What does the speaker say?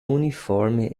uniforme